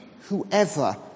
Whoever